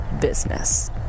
business